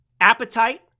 appetite